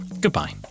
Goodbye